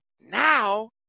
Now